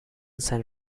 san